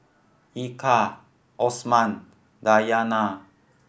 Eka Osman Dayana